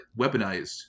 weaponized